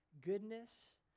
goodness